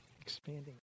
Expanding